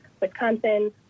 Wisconsin